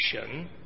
action